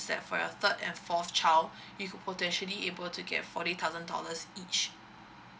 is that for your third and fourth child you could potentially able to get forty thousand dollars each